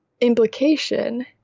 implication